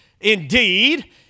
indeed